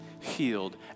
healed